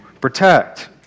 protect